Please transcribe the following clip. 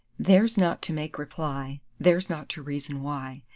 theirs not to make reply, theirs not to reason why,